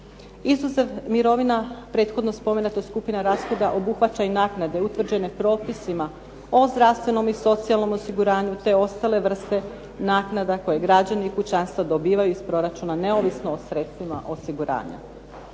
Izuzev mirovina, prethodno spomenuta skupina rashoda obuhvaća i naknade obuhvaćene propisima o zdravstvenom i socijalnom osiguranju te ostale vrste naknada koje građani i kućanstva dobivaju iz proračuna neovisno o sredstvima osiguranja.